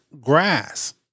grass